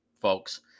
folks